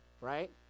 right